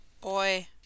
Boy